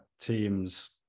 teams